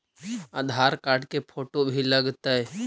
आधार card के photo भी लग तै?